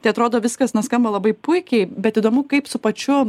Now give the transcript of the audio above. tai atrodo viskas nu skamba labai puikiai bet įdomu kaip su pačiu